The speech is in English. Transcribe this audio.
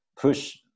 push